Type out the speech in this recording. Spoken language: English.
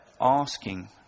asking